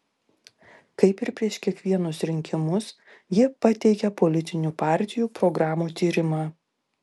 kaip ir prieš kiekvienus rinkimus jie pateikia politinių partijų programų tyrimą